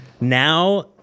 now